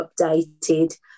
updated